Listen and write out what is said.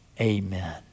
amen